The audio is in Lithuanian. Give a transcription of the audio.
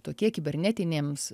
tokie kibernetinėms